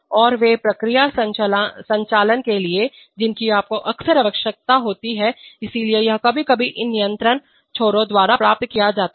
और वे प्रक्रिया संचालन के लिए जिनकी आपको अक्सर आवश्यकता होती है इसलिए यह कभी कभी इन नियंत्रण छोरों द्वारा प्राप्त किया जाता है